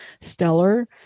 stellar